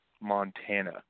Montana